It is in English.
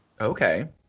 Okay